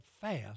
fast